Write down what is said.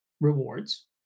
rewards